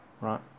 right